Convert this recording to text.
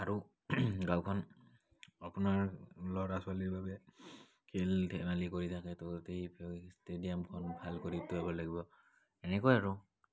আৰু গাঁওখন আপোনাৰ ল'ৰা ছোৱালীৰ বাবে খেল ধেমালি কৰি থাকে তো এই ষ্টেডিয়ামখন ভাল কৰি থ'ব লাগিব এনেকুৱা আৰু